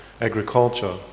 agriculture